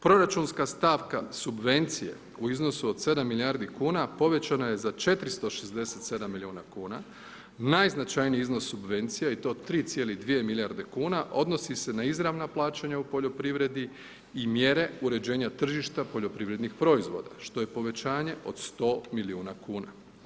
Proračunska stavka subvencije u iznosu od 7 milijardi kuna povećana je za 467 miliona kuna, najznačajniji iznos subvencija i to 3,2 milijarde kuna odnosi se na izravna plaćanja u poljoprivredi i mjere uređenja tržišta poljoprivrednih proizvoda što je povećanje od 100 milijuna kuna.